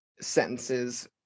sentences